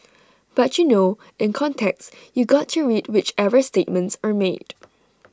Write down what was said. but you know in context you got to read whichever statements are made